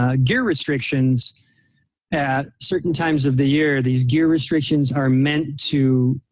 ah gear restrictions at certain times of the year. these gear restrictions are meant to